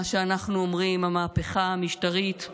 מה שאנחנו קוראים המהפכה המשטרית,